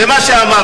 זה מה שאמרתי.